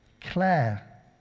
Claire